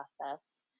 process